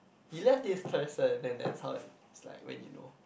you left this person and that's how it's like when you know